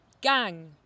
gang